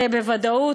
זה בוודאות,